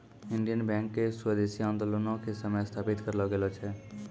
Indian bank के स्वदेशी आन्दोलनो के समय स्थापित करलो गेलो छै